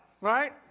Right